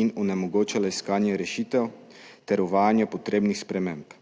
in onemogočala iskanje rešitev ter uvajanje potrebnih sprememb,